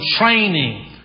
training